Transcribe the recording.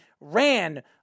ran